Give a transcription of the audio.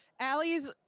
Allie's